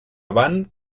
avant